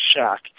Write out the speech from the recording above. shack